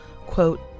Quote